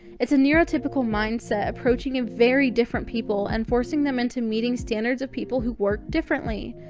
it's a neurotypical mindset approaching a very different people and forcing them into meeting standards of people who work differently.